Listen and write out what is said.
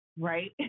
right